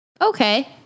Okay